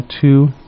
two